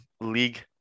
league